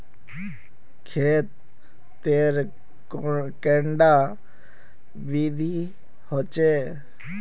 खेत तेर कैडा विधि होचे?